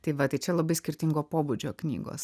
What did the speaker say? tai va tai čia labai skirtingo pobūdžio knygos